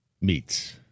meets